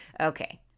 okay